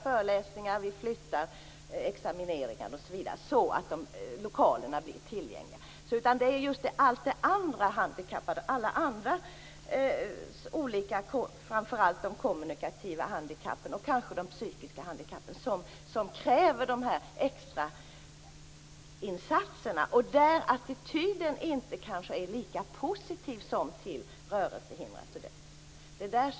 Föreläsningar flyttar, examineringar flyttas osv. så att lokalerna blir tillgängligare. De som kräver de extra insatserna är framför allt de med kommunikativa handikapp och kanske de med psykiska handikapp, mot vilka attityden kanske inte är lika positiv som till rörelsehindrade studenter.